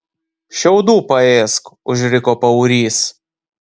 šiaudų paėsk užriko paurys